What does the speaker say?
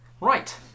Right